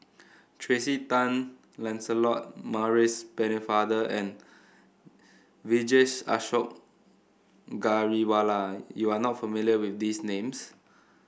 Tracey Tan Lancelot Maurice Pennefather and Vijesh Ashok Ghariwala you are not familiar with these names